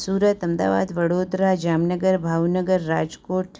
Surat Ahmedabad Vadodara Jamnagar Bhavnagar Rajkot